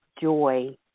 joy